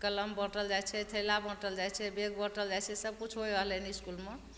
कलम बाँटल जाइ छै थैला बाँटल जाइ छै बैग बाँटल जाइ छै सबकिछु होइ रहलय हन इसकुलमे